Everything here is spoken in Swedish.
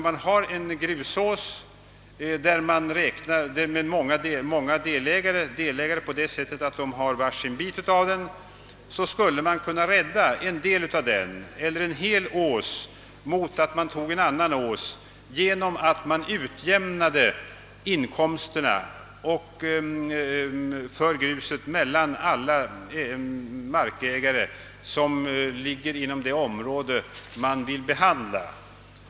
En grusås med många delägare — vilka alltså har var sin bit av den — skulle delvis eller helt kunna räddas mot att man tog en del av åsen eller en annan ås och utjämnade inkomsterna för gruset mellan alla markägare inom det område man vill behandla.